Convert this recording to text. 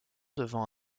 devant